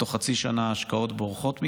ותוך חצי שנה ההשקעות בורחות מכאן.